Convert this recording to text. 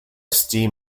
steam